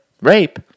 Rape